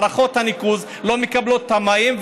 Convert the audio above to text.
מערכות הניקוז לא מקבלות את המים,